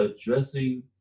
addressing